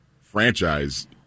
franchise